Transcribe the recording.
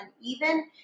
uneven